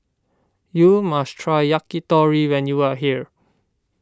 you must try Yakitori when you are here